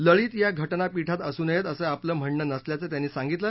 लळित या घ ज्ञापीठात असू नयेत असं आपलं म्हणणं नसल्याचं त्यांनी सांगितलं